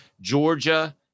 Georgia